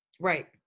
Right